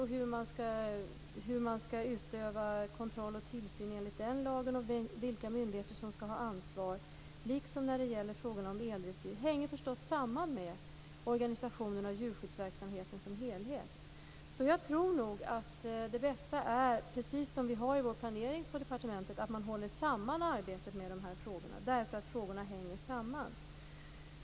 Hur man skall utöva kontroll enligt lagen om tillsyn av hund och katt, frågan om vilka myndigheter som skall ha ansvar för detta liksom frågan om eldressyr hänger förstås samman med organisationen av djurskyddsverksamheten som helhet. Jag tror nog att det är bäst att, precis som vi gör i vår planering på Jordbruksdepartementet, hålla samman arbetet med de här frågorna, eftersom de i sig hänger samman.